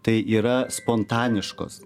tai yra spontaniškos